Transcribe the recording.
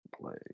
Play